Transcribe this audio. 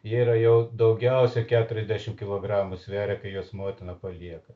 jie yra jau daugiausia keturiasdešim kilogramų sveria kai juos motina palieka